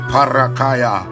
Parakaya